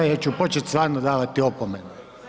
Ja ću početi stvarno davati opomene.